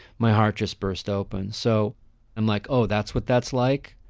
my heart just burst open. so i'm like, oh that's what that's like.